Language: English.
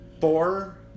four